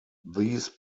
these